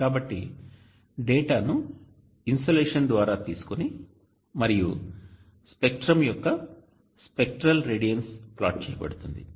కాబట్టి డేటాను ఇన్సోలేషన్ ద్వారా తీసుకొని మరియు స్పెక్ట్రం యొక్క స్పెక్ట్రల్ రేడియన్స్ ప్లాట్ చేయబడుతుంది